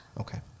okay